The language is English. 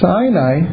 Sinai